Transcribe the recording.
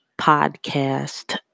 podcast